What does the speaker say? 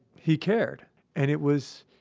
he cared and it was,